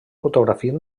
fotografies